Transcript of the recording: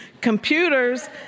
computers